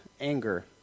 anger